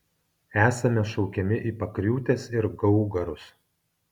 esame šaukiami į pakriūtes ir gaugarus